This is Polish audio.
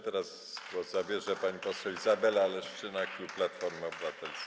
Teraz głos zabierze pani poseł Izabela Leszczyna, klub Platforma Obywatelska.